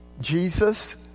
Jesus